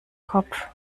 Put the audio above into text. kopf